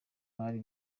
bari